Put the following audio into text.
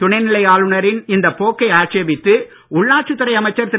துணைநிலை ஆளுநரின் இந்தப் போக்கை ஆட்சேபித்து உள்ளாட்சித் துறை அமைச்சர் திரு